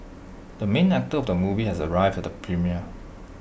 the main actor of the movie has arrived at the premiere